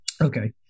Okay